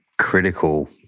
Critical